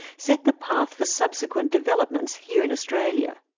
set the path for subsequent developments here in australia.